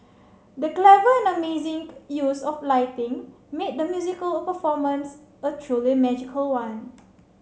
the clever and amazing use of lighting made the musical performance a truly magical one